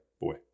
Boy